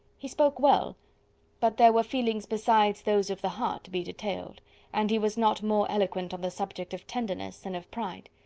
he spoke well but there were feelings besides those of the heart to be detailed and he was not more eloquent on the subject of tenderness than and of pride.